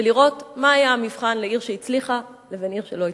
ולראות מה היה המבחן בין עיר שהצליחה לבין עיר שלא הצליחה.